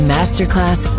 Masterclass